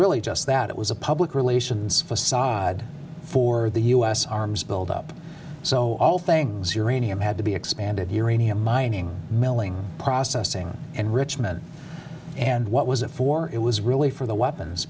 really just that it was a public relations facade for the u s arms buildup so all things here in him had to be expanded uranium mining melling processing enrichment and what was it for it was really for the weapons